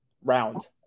round